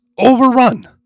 overrun